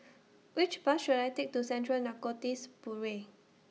Which Bus should I Take to Central Narcotics Bureau